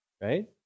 right